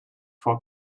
for